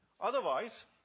Otherwise